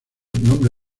nombre